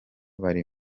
bari